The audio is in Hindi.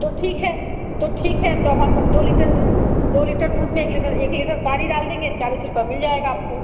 तो ठीक है तो ठीक है तो अब हम दो लीटर दूध दो लीटर दूध में एक लीटर एक लीटर पानी डाल देंगे चालीस रुपये मिल जाएगा आपको